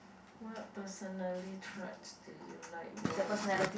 what personally traits do you like most